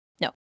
No